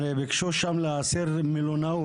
הרי ביקשו שם להסיר מלונאות.